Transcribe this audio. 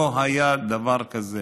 לא היה דבר כזה.